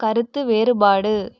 கருத்து வேறுபாடு